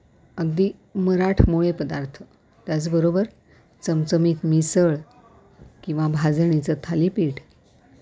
अगदी मराठमोळे पदार्थ त्याचबरोबर चमचमित मिसळ किंवा भाजणीचं थालीपीठ